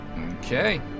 okay